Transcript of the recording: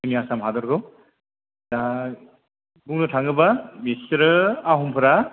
जोंनि आसाम हादरखौ दा बुंनो थाङोबा बिसोरो आहमफोरा